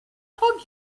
hug